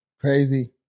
Crazy